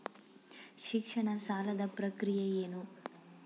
ಶಿಕ್ಷಣ ಸಾಲದ ಪ್ರಕ್ರಿಯೆ ಏನು?